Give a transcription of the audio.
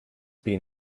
been